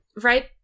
Right